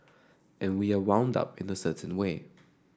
and we are wound up in a certain way